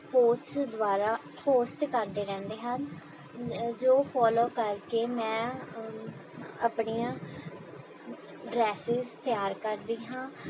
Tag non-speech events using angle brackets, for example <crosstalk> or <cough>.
<unintelligible> ਦੁਆਰਾ ਪੋਸਟ ਕਰਦੇ ਰਹਿੰਦੇ ਹਨ ਜੋ ਫੋਲੋ ਕਰਕੇ ਮੈਂ ਆਪਣੀਆਂ ਡਰੈੱਸਿਜ਼ ਤਿਆਰ ਕਰਦੀ ਹਾਂ